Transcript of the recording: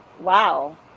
wow